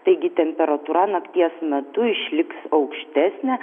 taigi temperatūra nakties metu išliks aukštesnė